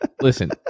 listen